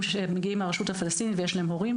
שמגיעים מהרשות הפלסטינית ויש להם שם הורים,